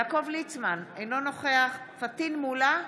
יעקב ליצמן, אינו נוכח פטין מולא,